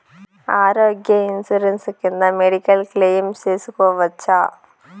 ఆరోగ్య ఇన్సూరెన్సు కింద medical claim సేసుకోవచ్చా?